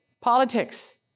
politics